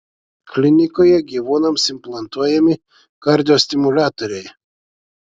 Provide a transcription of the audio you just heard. klinikoje gyvūnams implantuojami kardiostimuliatoriai